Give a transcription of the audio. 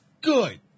Good